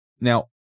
Now